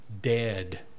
Dead